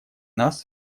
нас